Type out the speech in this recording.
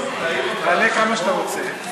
בכוונה.